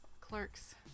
Clerks